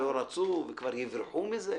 שלא רצו, וכבר יברחו מזה.